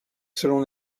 selon